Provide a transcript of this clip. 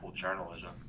journalism